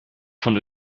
von